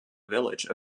village